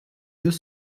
deux